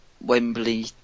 Wembley